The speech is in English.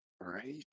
Right